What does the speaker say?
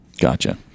Gotcha